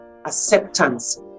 acceptance